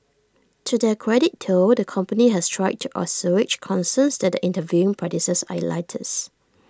to their credit though the company has tried to assuage concerns that their interviewing practices are elitist